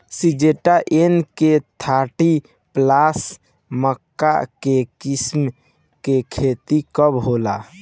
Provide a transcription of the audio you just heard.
Syngenta N K thirty plus मक्का के किस्म के खेती कब होला?